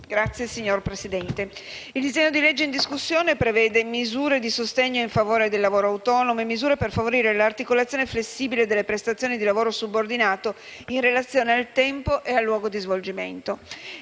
*(PD)*. Signor Presidente, il disegno di legge in discussione prevede misure di sostegno in favore del lavoro autonomo e misure per favorire l'articolazione flessibile della prestazione di lavoro subordinato in relazione al tempo e al luogo di svolgimento.